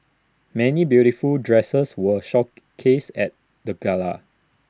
many beautiful dresses were shook cased at the gala